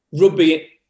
rugby